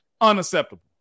unacceptable